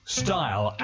style